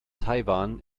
taiwan